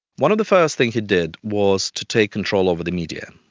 one of the first things he did was to take control over the media,